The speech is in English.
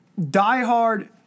diehard